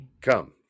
Come